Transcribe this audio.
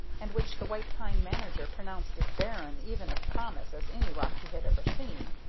and which the white pine manager pronounced as barren even of promise as any rock he had ever seen.